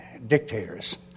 dictators